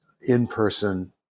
in-person